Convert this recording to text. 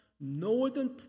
northern